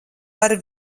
par